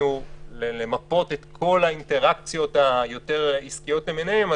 ניסינו למפות את כל האינטראקציות היותר עסקיות למיניהן,